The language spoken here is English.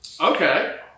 Okay